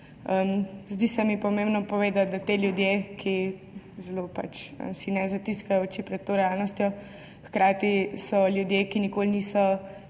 Zdi se mi pomembno povedati, da so ti ljudje, ki si ne zatiskajo oči pred to realnostjo, hkrati ljudje, ki nikoli niso